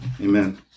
Amen